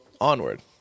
onward